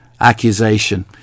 accusation